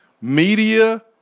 Media